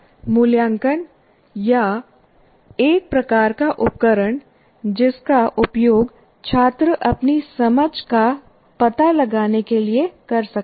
मूल्यांकन या एक प्रकार का उपकरण जिसका उपयोग छात्र अपनी समझ का पता लगाने के लिए कर सकता है